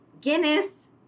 Guinness